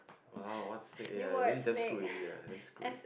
!walao! one straight A already I already damn screwed already damn screwed already